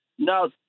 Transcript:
Now